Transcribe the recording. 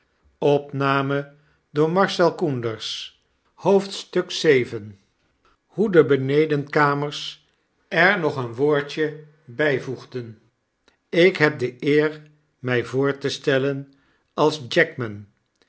hoe de benedenkamers er nog een woordje bijvoegden ik heb de eer my voor te stellen als jackman